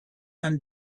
and